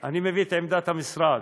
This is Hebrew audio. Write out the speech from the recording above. אני מביא את עמדת המשרד.